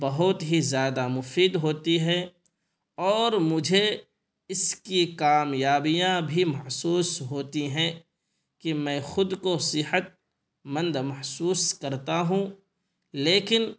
بہت ہی زیادہ مفید ہوتی ہے اور مجھے اس کی کامیابیاں بھی محسوس ہوتی ہیں کہ میں خود کو صحت مند محسوس کرتا ہوں لیکن